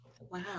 Wow